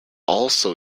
also